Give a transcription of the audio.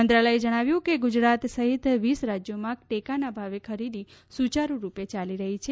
મંત્રાલયે જણાવ્યું છે કે ગુજરાત સહિત વીસ રાજયોમાં ટેકાના ભાવે ખરીદી સુચારૂ રૂપે યાલી રહી છે